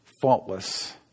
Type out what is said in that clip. faultless